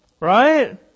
Right